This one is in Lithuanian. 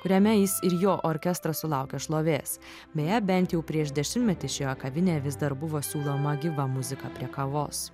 kuriame jis ir jo orkestras sulaukė šlovės beje bent jau prieš dešimtmetį šioje kavinėje vis dar buvo siūloma gyva muzika prie kavos